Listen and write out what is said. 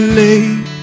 late